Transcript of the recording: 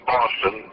Boston